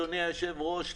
אדוני היושב-ראש,